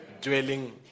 dwelling